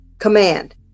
command